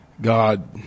God